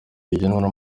bigenwa